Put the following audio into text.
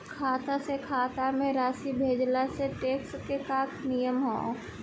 खाता से खाता में राशि भेजला से टेक्स के का नियम ह?